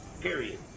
period